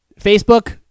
Facebook